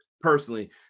personally